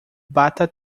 bata